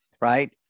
right